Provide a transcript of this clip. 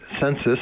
census